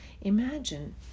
imagine